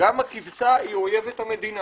גם הכבשה היא אויבת המדינה